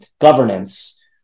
governance